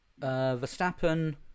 Verstappen